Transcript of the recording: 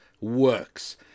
works